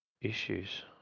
issues